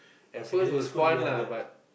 my secondary school didn't have that